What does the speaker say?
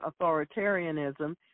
authoritarianism